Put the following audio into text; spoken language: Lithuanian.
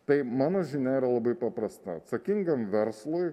tai mano žinia yra labai paprasta atsakingam verslui